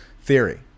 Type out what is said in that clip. theory